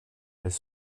elles